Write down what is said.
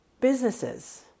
businesses